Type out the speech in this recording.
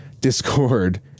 Discord